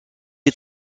est